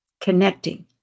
connecting